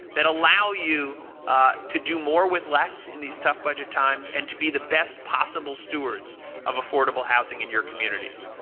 that allow you to do more with less in these tough budget times and to be the best possible stewards of affordable housing in your communities.